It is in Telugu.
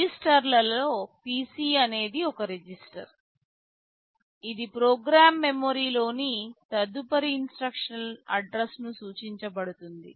రిజిస్టర్లలో PC అనేది ఒక రిజిస్టర్ ఇది ప్రోగ్రామ్ మెమరీలోని తదుపరి ఇన్స్ట్రక్షన్ ల అడ్రస్ ను సూచించబడుతుంది